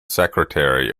secretary